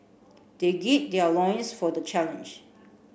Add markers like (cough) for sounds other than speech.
they (unintelligible) their loins for the challenge